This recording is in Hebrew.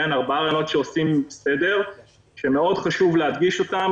ארבעה רעיונות שעושים סדר שמאוד חשוב להדגיש אותם